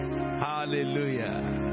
Hallelujah